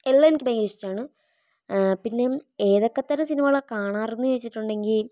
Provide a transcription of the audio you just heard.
എല്ലാം എനിക്ക് ഭയങ്കര ഇഷ്ടമാണ് പിന്നേയും ഏതൊക്കെത്തരം സിനിമകളാണ് കാണാറെന്നു ചോദിച്ചിട്ടുണ്ടെങ്കിൽ